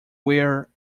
wear